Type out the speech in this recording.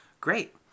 Great